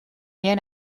meer